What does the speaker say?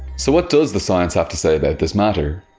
so, what does the science have to say about this matter?